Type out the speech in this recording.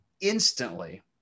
instantly